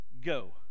go